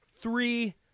Three